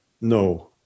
No